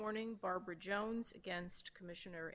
morning barbara jones against commissioner